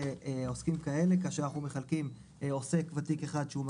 (ד) השר, בהתייעצות עם מאסדר נותן השירות רשאי,